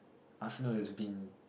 Arsenal has been